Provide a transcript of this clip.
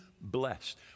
blessed